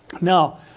Now